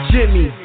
Jimmy